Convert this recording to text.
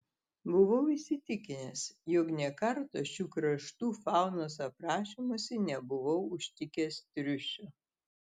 buvau įsitikinęs jog nė karto šių kraštų faunos aprašymuose nebuvau užtikęs triušio